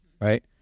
Right